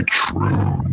true